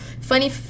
Funny